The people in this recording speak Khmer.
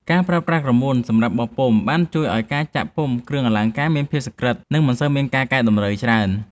ការប្រើប្រាស់ក្រមួនសម្រាប់បោះពុម្ពបានជួយឱ្យការចាក់ពុម្ពគ្រឿងអលង្ការមានភាពសុក្រឹត និង មិនសូវមានការកែតម្រូវច្រើន។